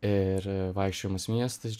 ir vaikščiojimas miestas